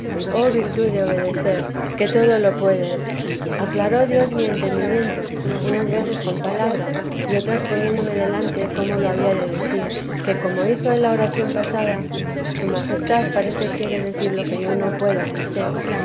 oh virtud de obedecer que todo teresa de lo puedes aclaró dios mi entendimiento unas veces con palabras y otras poniéndome delante cómo lo había de decir que como hizo en la oración pasada su majestad parece quiere decir lo que yo no puedo ni sé